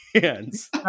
hands